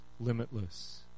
limitless